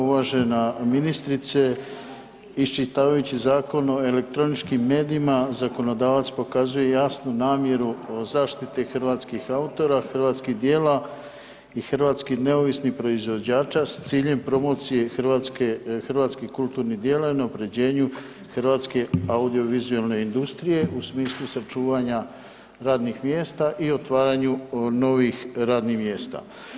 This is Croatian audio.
Uvažena ministrice, iščitavajući Zakon o elektroničkim medijima zakonodavac pokazuje jasnu namjeru o zaštiti hrvatskih autora, hrvatskih djela i hrvatskih neovisnih proizvođača s ciljem promocije hrvatskih kulturnih djela na unaprjeđenju audiovizualne industrije u smislu sačuvanja radnih mjesta i otvaranju novih radnih mjesta.